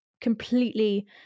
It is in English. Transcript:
completely